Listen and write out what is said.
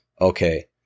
okay